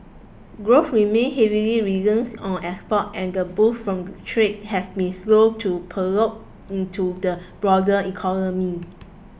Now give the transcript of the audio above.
growth remain heavily reliant on exports and the boost from trade has been slow to percolate into the broader economy